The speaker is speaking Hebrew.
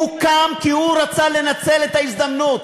הוא קם כי הוא רצה לנצל את ההזדמנות.